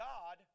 God